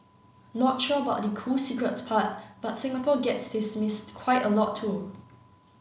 not sure about the cool secrets part but Singapore gets dismissed quite a lot too